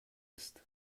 ist